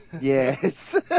Yes